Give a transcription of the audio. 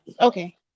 Okay